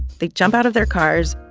they jump out of their cars,